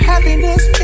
Happiness